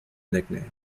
nickname